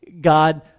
God